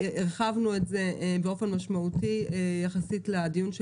שהרחבנו את זה באופן משמעותי יחסית לדיון של